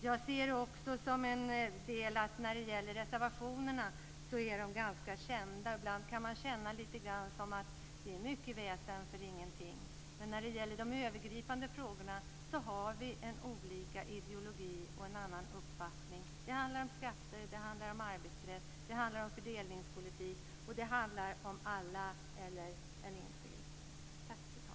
Jag ser det också som en del att reservationerna är ganska kända. Ibland kan man lite grann känna att det är mycket väsen för ingenting. Men när det gäller de övergripande frågorna har vi olika ideologi och en annan uppfattning. Det handlar om skatter, om arbetsrätt, om fördelningspolitik, om alla eller enskilda.